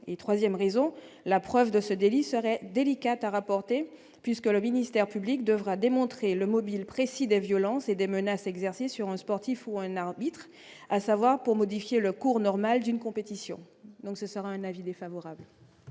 et 3ème raison la preuve de ce délit serait délicate, a rapporté, puisque le ministère public devra démontrer le mobile précis des violences et des menaces exercées sur un sportif ou un arbitre à savoir pour modifier le cours normal d'une compétition, donc ce sera un avis défavorable.